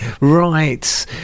right